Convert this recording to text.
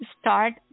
start